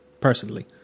personally